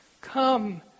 Come